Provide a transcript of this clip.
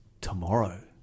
tomorrow